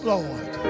Lord